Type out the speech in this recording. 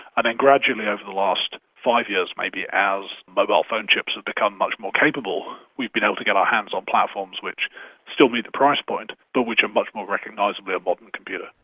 then gradually, over the last five years maybe, as mobile phone chips have become much more capable, we've been able to get our hands on platforms which still meet the price point but which are much more recognisably a modern computer.